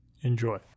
Enjoy